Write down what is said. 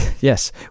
yes